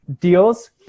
deals